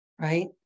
right